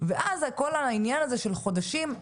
ואז כל העניין הזה של חודשים,